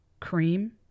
Cream